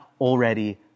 already